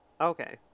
okay